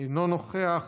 אינו נוכח,